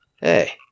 hey